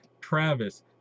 Travis